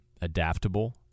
adaptable